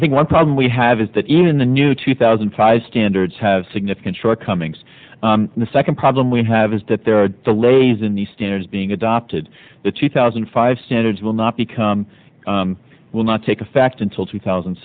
i think one problem we have is that even the new two thousand and five standards have significant shortcomings the second problem we have is that there are delays in the standards being adopted the two thousand and five standards will not become will not take effect until two thousand